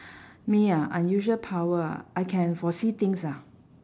me ah unusual power ah I can foresee things ah